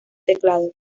teclado